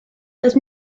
doedd